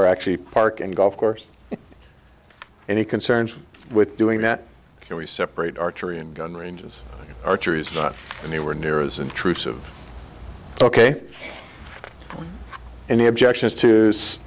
for actually park and golf course any concerns with doing that and we separate archery and gun ranges archery is not anywhere near as intrusive ok any objections to